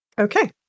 Okay